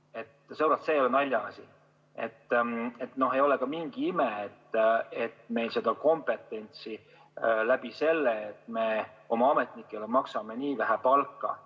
see ei ole naljaasi. Ei ole mingi ime, kui meil see kompetents seetõttu, et me oma ametnikele maksame nii vähe palka,